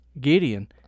Gideon